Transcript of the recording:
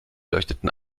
leuchteten